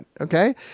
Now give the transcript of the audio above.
Okay